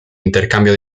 intercambio